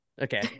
okay